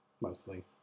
mostly